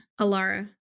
Alara